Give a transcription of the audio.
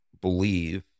believe